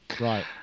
Right